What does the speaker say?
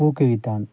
ஊக்குவித்தான்